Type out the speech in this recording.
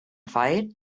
fight